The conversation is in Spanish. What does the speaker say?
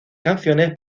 canciones